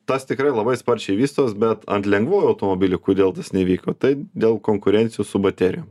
tas tikrai labai sparčiai vystos bet ant lengvųjų automobilių kodėl tas neįvyko tai dėl konkurencijos su baterijom